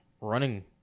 running